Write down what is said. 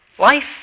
Life